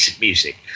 music